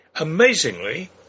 Amazingly